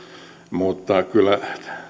mutta kyllä